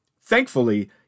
Thankfully